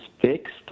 fixed